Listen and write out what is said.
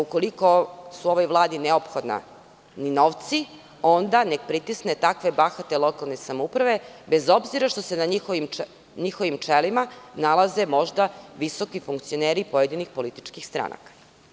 Ukoliko su ovoj Vladi neophodni novci, onda neka pritisne takve bahate lokalne samouprave, bez obzira što se na njihovim čelima nalaze možda visoki funkcioneri pojedinih političkih stranaka.